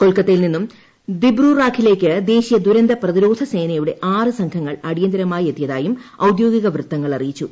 കൊൽക്കത്തയിൽ നിന്നും ദിബ്രുറാഖിലേക്ക് ദേശീയ ദുരന്ത പ്രതിരോധ സേനയുടെ ആറ് സംഘങ്ങൾ അടിയന്തിരമായി എത്തിയതായും ഔദ്യോഗിക വൃത്തങ്ങൾ അറിയിച്ചു